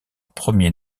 premier